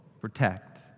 protect